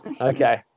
okay